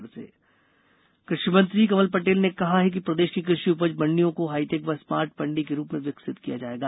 मंडी high tech कृषि मंत्री कमल पटेल ने कहा है कि प्रदेश की कृषि उपज मंडियों को हाईटेक व स्मार्ट मण्डी के रूप में विकसित किया जायेगा